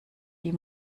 die